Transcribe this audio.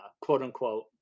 quote-unquote